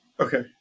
Okay